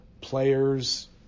players